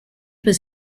was